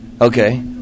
Okay